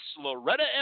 Loretta